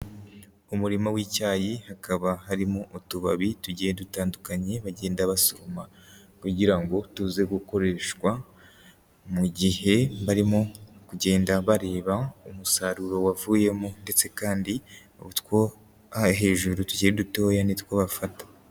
Umurima w'icyayi, hakaba harimo utubabi tugiye dutandukanye bagenda basomama kugira ngo tuze gukoreshwa mu gihe barimo kugenda bareba umusaruro wavuyemo, ndetse kandi utwo hejuru tugiye dutoya nitwo bafata.